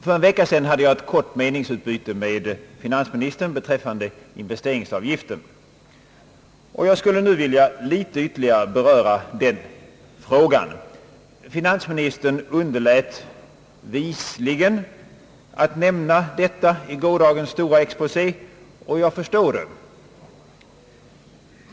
För en vecka sedan hade jag ett kort meningsutbyte med finansministern beträffande investeringsavgiften. Jag skulle nu vilja ytterligare något beröra ämnet. Finansministern underlät visligen att nämna detta i gårdagens stora exposé. Jag förstår det.